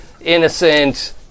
innocent